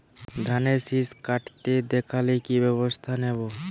ধানের শিষ কাটতে দেখালে কি ব্যবস্থা নেব?